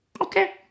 Okay